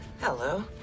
Hello